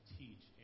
teach